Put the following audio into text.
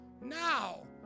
now